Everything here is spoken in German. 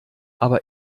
aber